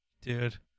Dude